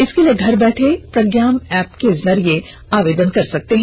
इसके लिए घर बैठे प्रज्ञाम एप्प के जरिए आवेदन कर सकते हैं